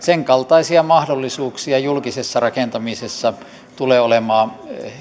kaltaisia mahdollisuuksia julkisessa rakentamisessa tulee olemaan